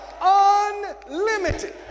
Unlimited